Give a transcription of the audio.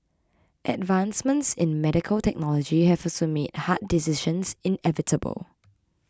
advancements in medical technology have also made hard decisions inevitable